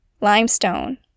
Limestone